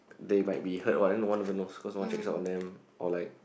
they might be hurt then no one even knows because no one checks up on them or like